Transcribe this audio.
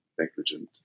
negligent